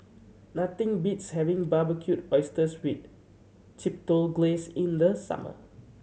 nothing beats having Barbecued Oysters wit Chipotle Glaze in the summer